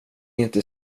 inte